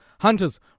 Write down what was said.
Hunters